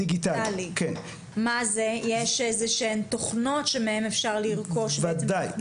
יש איזה שהן תוכנות שמהן אפשר לרכוש תוכניות?